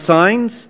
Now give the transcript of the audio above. signs